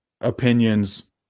opinions